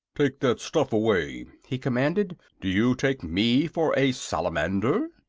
take that stuff away! he commanded. do you take me for a salamander?